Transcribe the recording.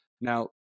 Now